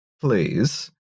please